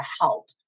help